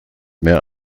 mehr